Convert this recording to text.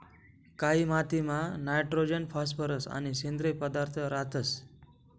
कायी मातीमा nitrogen phosphorus आणि सेंद्रिय पदार्थ रातंस